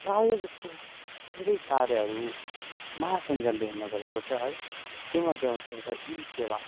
प्रायः जस्तो धेरै कार्यहरू महासञ्जालले हुन गइरहेको छ है ती मध्ये आउँछ एउटा ई सेवा